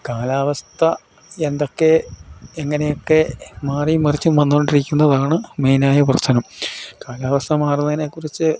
കാലാവസ്ഥ എന്തൊക്കെ എങ്ങനെഉക്കെ മാറീം മറിച്ചും വന്നു കൊണ്ടിരിക്കുന്നതാണ് മെയിനായ പ്രശ്നം കാലാവസ്ഥ മാറുന്നതിനെ കുറിച്ചു